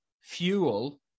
fuel